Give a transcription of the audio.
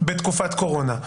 בתקופת קורונה.